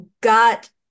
got